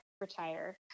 retire